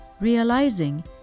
realizing